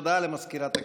הודעה למזכירת הכנסת.